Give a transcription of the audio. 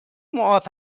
معاف